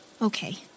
Okay